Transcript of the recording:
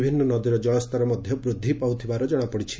ବିଭିନ୍ତ ନଦୀର ଜଳସ୍ତର ମଧ୍ଧ ବୃଦ୍ଧି ପାଉଥିବା ଜଣାପଡ଼ିଛି